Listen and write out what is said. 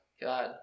God